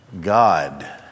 God